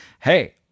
hey